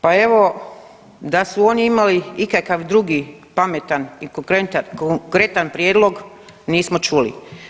Pa evo, da su oni imali ikakav drugi pametan i konkretan prijedlog nismo čuli.